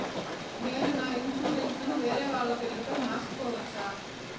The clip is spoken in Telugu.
నేను నా ఇన్సూరెన్సు ను వేరేవాళ్ల పేరుపై మార్సుకోవచ్చా?